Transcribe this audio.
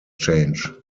change